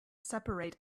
separate